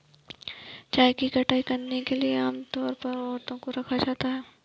चाय की कटाई करने के लिए आम तौर पर औरतों को रखा जाता है